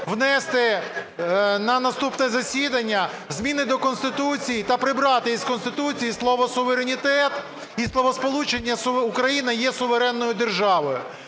внести на наступне засідання зміни до Конституції та прибрати із Конституції слово "суверенітет" і словосполучення "Україна є суверенною державою".